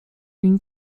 une